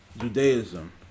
Judaism